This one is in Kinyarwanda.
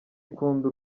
ikunda